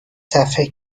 صفحه